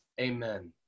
Amen